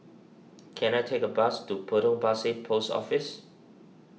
can I take a bus to Potong Pasir Post Office